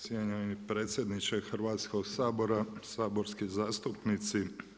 Cijenjeni predsjedniče Hrvatskoga sabora, saborski zastupnici.